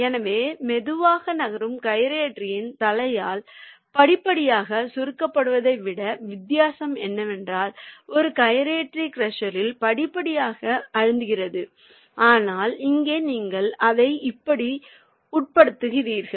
எனவே மெதுவாக நகரும் கைரேட்டரியின் தலையால் படிப்படியாக சுருக்கப்படுவதை விட வித்தியாசம் என்னவென்றால் ஒரு கைரேட்டரி க்ரஷரில் படிப்படியாக அழுத்துகிறீர்கள் ஆனால் இங்கே நீங்கள் அதை இப்படி உட்படுத்தப்படுகிறது